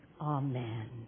Amen